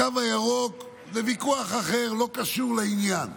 הקו הירוק זה ויכוח אחר, לא קשור לעניין.